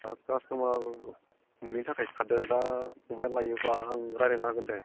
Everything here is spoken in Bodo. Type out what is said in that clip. दा कास्ट'मार मोनै थाखायसो थादों दा फंबाया लायोबा आं रायज्लायना होगोन दे